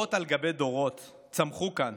דורות על גבי דורות צמחו כאן